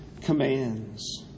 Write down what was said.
commands